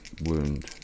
wound